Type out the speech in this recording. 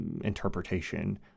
interpretation